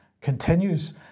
continues